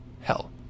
hell